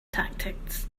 tactics